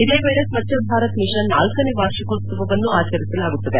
ಇದೇ ವೇಳೆ ಸ್ವಜ್ವ ಭಾರತ ಮಿಷನ್ ನಾಲ್ಕನೇ ವಾರ್ಷಿಕೋತ್ಸವ ಆಚರಿಸಲಾಗುತ್ತದೆ